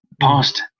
past